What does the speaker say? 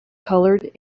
colored